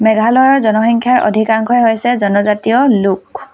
মেঘালয়ৰ জনসংখ্যাৰ অধিকাংশই হৈছে জনজাতীয় লোক